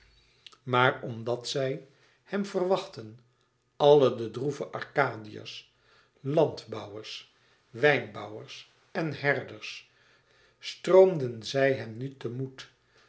maar omdat zij hem verwachtten alle de droeve arkadiërs landbouwers wijnbouwers en herders stroomden zij hem nu te moet